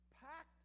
Packed